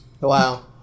Wow